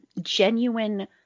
genuine